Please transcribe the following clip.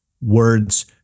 words